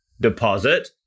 deposit